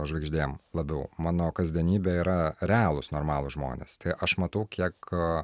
žvaigždėm labiau mano kasdienybė yra realūs normalūs žmonės tai aš matau kiek